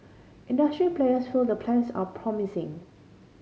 industry players feel the plans are promising